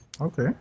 Okay